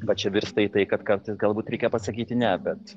bet čia virsta į tai kad kartais galbūt reikia pasakyti ne bet